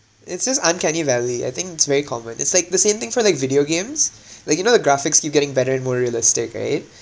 it's just uncanny valley I think it's very common it's like the same thing for like video games like you know the graphics keep getting better and more realistic right